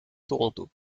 toronto